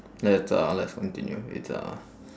let's uh let's continue it's uh